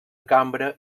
cambra